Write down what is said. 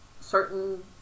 certain